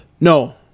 No